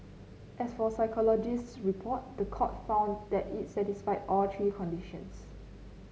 as for psychologist's report the court found that it satisfied all three conditions